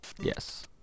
Yes